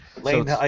Lane